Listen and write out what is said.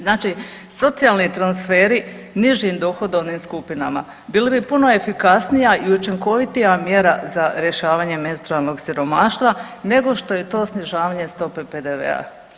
Znači socijalni transferi nižim dohodovnim skupinama bili bi puno efikasnija i učinkovitija mjera za rješavanje menstrualnog siromaštva, nego što je to snižavanje stope PDV-a.